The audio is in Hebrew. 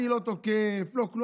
אני לא תוקף, לא כלום.